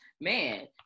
man